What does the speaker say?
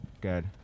Good